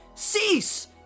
Cease